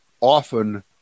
often